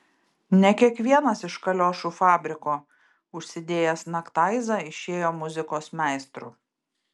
ne kiekvienas iš kaliošų fabriko užsidėjęs naktaizą išėjo muzikos meistru